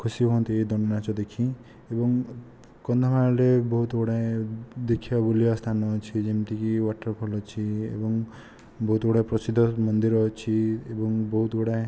ଖୁସି ହୁଅନ୍ତି ଏଇ ଦଣ୍ଡନାଚ ଦେଖି ଏବଂ କନ୍ଧମାଳରେ ବହୁତ ଗୁଡ଼ାଏ ଦେଖିବା ବୁଲିବା ସ୍ଥାନ ଅଛି ଯେମିତିକି ୱାଟରଫଲ ଅଛି ଏବଂ ବହୁତ ଗୁଡ଼ାଏ ପ୍ରସିଦ୍ଧ ମନ୍ଦିର ଅଛି ଏବଂ ବହୁତ ଗୁଡ଼ାଏ